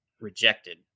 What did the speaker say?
rejected